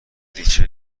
ریچل